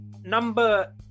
number